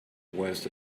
worst